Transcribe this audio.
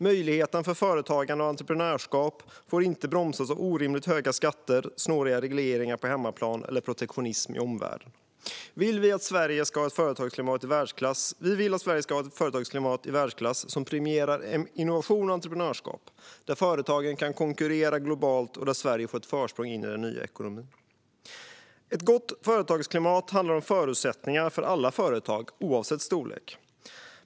Möjligheterna för företagande och entreprenörskap får inte bromsas av orimligt höga skatter och snåriga regleringar på hemmaplan eller protektionism i omvärlden. Vi vill att Sverige ska ha ett företagsklimat i världsklass som premierar innovation och entreprenörskap, där företagen kan konkurrera globalt och Sverige får ett försprång in i den nya ekonomin. Ett gott företagsklimat handlar om förutsättningar för alla företag, oavsett storlek.